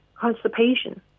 constipation